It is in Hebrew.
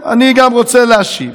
וברוך השם אני גם רוצה להשיב.